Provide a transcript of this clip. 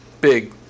big